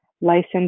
licensed